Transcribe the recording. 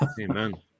Amen